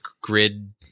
grid